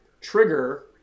trigger